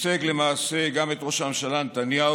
ייצג למעשה גם את ראש הממשלה נתניהו